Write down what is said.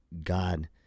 God